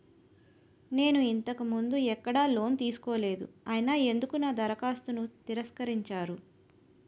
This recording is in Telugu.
నేను ఇంతకు ముందు ఎక్కడ లోన్ తీసుకోలేదు అయినా ఎందుకు నా దరఖాస్తును తిరస్కరించారు?